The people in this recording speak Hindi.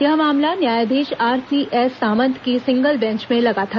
यह मामला न्यायाधीश आरसीएस सामंत की सिंगल बेंच में लगा था